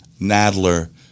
Nadler